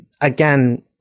again